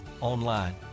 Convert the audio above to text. online